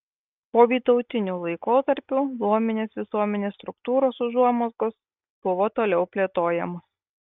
povytautiniu laikotarpiu luominės visuomenės struktūros užuomazgos buvo toliau plėtojamos